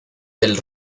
del